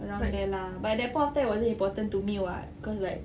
around there lah but at that point of time it wasn't important to me [what] cause like